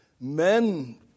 Men